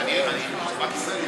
אבל בנק ישראל,